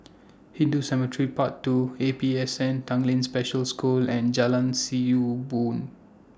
Hindu Cemetery Path two A P S N Tanglin Special School and Jalan See YOU Boon